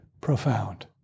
profound